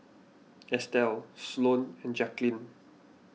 Estelle Sloane and Jacquelynn